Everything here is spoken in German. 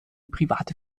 private